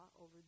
over